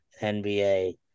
NBA